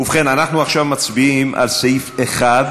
ובכן, אנחנו עכשיו מצביעים על סעיף 1,